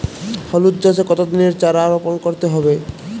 হলুদ চাষে কত দিনের চারা রোপন করতে হবে?